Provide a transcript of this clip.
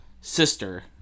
sister